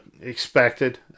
expected